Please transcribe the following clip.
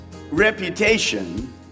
reputation